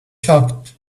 shocked